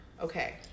Okay